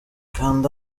kanda